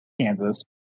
Kansas